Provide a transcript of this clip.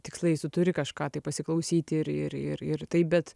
tikslais tu turi kažką tai pasiklausyti ir ir ir ir taip bet